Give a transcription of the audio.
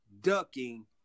ducking